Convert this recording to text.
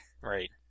Right